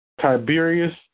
Tiberius